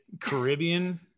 Caribbean